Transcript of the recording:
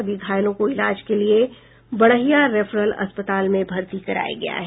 सभी घायलों को इलाज के लिये बड़हिया रेफरल अस्पताल में भर्ती कराया गया है